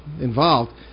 involved